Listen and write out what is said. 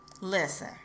Listen